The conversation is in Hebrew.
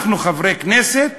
אנחנו חברי כנסת,